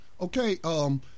Okay